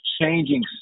changing